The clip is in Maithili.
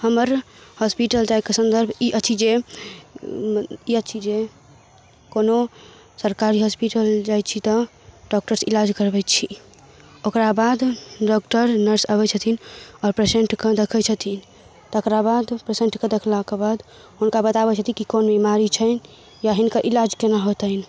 हमर हॉस्पिटल जाइके सन्दर्भ ई अछि जे ई अछि जे कोनो सरकारी हॉस्पिटल जाइ छी तऽ डॉक्टरसँ इलाज करबै छी ओकरा बाद डॉक्टर नर्स अबै छथिन आओर पेशेन्टके देखै छथिन तकरा बाद पेशेन्टके देखलाके बाद हुनका बताबै छथिन जे कोन बेमारी छनि या हिनका इलाज कोना हेतनि